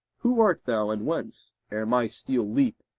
who art thou and whence? ere my steel leap,